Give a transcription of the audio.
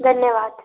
धन्यवाद